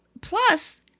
Plus